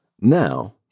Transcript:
Now